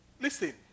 Listen